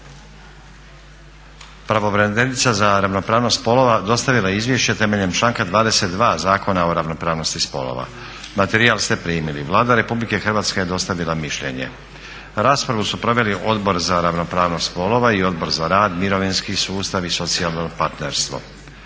Pravobraniteljica za ravnopravnost spolova dostavila je izvješće temeljem članka 22. Zakona o ravnopravnosti spolova. Materijal ste primili. Vlada Republike Hrvatske je dostavila mišljenje. Raspravu su proveli Odbor za ravnopravnost spolova i Odbor za rad, mirovinski sustav i socijalno partnerstvo.